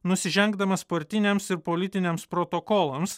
nusižengdamas partiniams ir politiniams protokolams